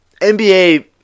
NBA